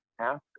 ask